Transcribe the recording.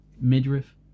midriff